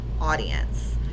audience